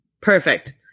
Perfect